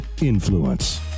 Influence